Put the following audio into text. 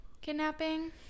kidnapping